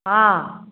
हँ